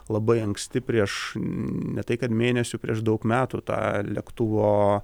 labai anksti prieš ne tai kad mėnesių prieš daug metų tą lėktuvo